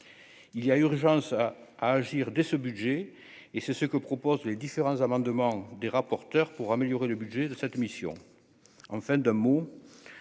il y a urgence à à agir dès ce budget, et c'est ce que proposent les différents amendements des rapporteurs pour améliorer le budget de cette mission